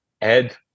Ed